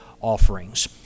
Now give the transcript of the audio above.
offerings